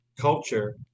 culture